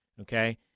Okay